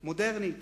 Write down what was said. מודרנית